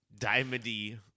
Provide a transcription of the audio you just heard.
diamondy